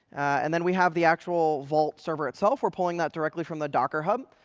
and then we have the actual vault server itself. we're pulling that directly from the docker hub.